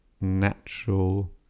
natural